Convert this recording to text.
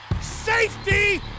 Safety